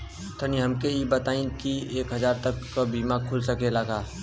तनि हमके इ बताईं की एक हजार तक क बीमा खुल सकेला का?